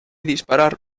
disparar